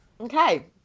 Okay